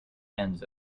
ends